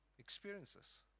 Experiences